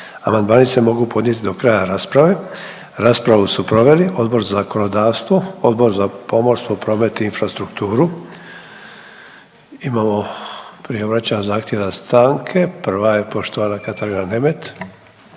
Amandmani se mogu podnijeti do kraja rasprave. Raspravu su proveli Odbor za zakonodavstvo, Odbor za pomorstvo, promet i infrastrukturu. Imamo prihvaćanja zahtjeva za stanke. Prva je poštovana Katarina Nemet.